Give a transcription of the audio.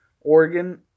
Oregon